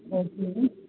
okay ma'am